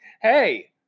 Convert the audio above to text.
hey